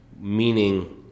meaning